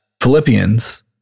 Philippians